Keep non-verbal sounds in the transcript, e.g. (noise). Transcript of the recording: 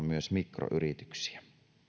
(unintelligible) myös mikroyrityksiä